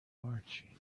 marching